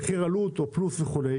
במחיר עלות או פלוס וכו'.